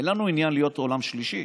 אין לנו עניין להיות עולם שלישי.